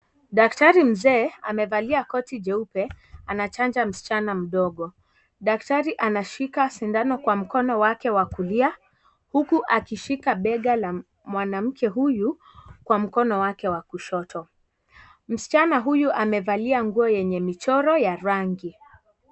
Daktari mzee amevalia koti jeupe. Anachanja msichana mdogo. Daktari anashika sindano kwa mkono wake wa kulia huku akishika bega la mwanamke huyu kwa mkono wake wa kushoto. Msichana huyu amevalia nguo yenye michoro ya rangi.